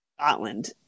Scotland